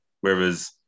whereas